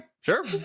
sure